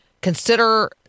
consider